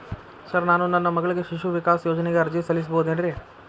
Sir ನಾನು ನನ್ನ ಮಗಳಿಗೆ ಶಿಶು ವಿಕಾಸ್ ಯೋಜನೆಗೆ ಅರ್ಜಿ ಸಲ್ಲಿಸಬಹುದೇನ್ರಿ?